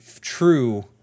true